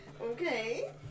Okay